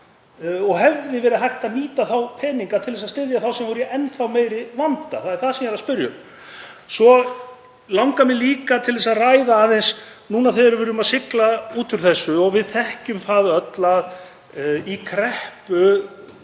Hefði verið hægt að nýta þá peninga til þess að styðja þá sem voru í enn þá meiri vanda? Það er það sem ég er að spyrja um. Svo langar mig líka til að ræða það aðeins að núna þegar við erum að sigla út úr þessu þá þekkjum við það öll að í kreppu